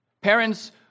parents